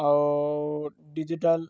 ଆଉ ଡିଜିଟାଲ୍